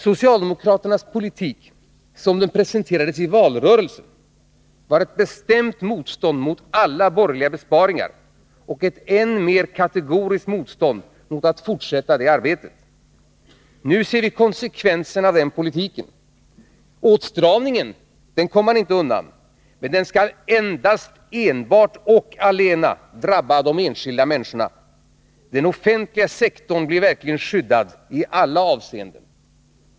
Socialdemokraternas politik — som den presenterades i valrörelsen — var ett bestämt motstånd mot alla borgerliga besparingar och ett än mer kategoriskt motstånd mot att fortsätta det arbetet. Nu ser vi konsekvenserna av den politiken. Åtstramningen kommer man inte undan, men den skall endast, enbart och allena drabba de enskilda människorna. Den offentliga sektorn blir verkligen skyddad i alla avseenden.